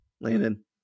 Landon